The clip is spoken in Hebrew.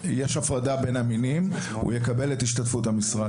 הוא יקבל את השתתפות המשרד